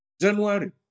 January